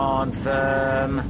Confirm